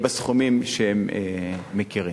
בסכומים שהם מכירים.